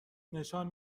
نشان